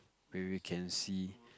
where we can see